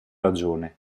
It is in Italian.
ragione